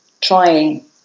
trying